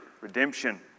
redemption